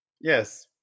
Yes